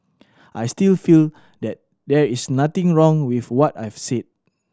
I still feel that there is nothing wrong with what I've said